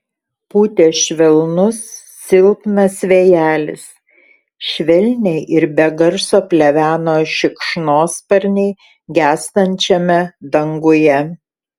pūtė švelnus silpnas vėjelis švelniai ir be garso pleveno šikšnosparniai gęstančiame danguje